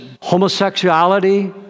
homosexuality